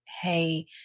Hey